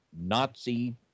Nazi